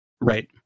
Right